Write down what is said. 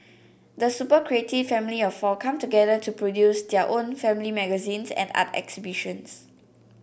the super creative family of four come together to produce their own family magazines and art exhibitions